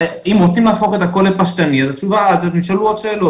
אם רוצים להפוך את הכול לפשטני אז אתם תשאלו עוד שאלות.